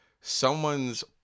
someone's